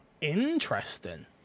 interesting